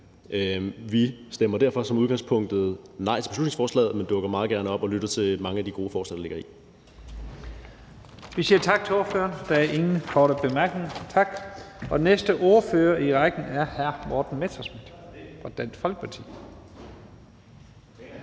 Vi stemmer derfor som udgangspunkt nej til beslutningsforslaget, men dukker meget gerne op og lytter til mange af de gode forslag, der ligger i det. Kl. 16:09 Første næstformand (Leif Lahn Jensen): Vi siger tak til ordføreren. Der er ingen korte bemærkninger. Tak. Og den næste ordfører i rækken er hr. Morten Messerschmidt fra Dansk Folkeparti.